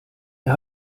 ihr